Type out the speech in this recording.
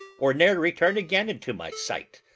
or ne'er return again into my sight.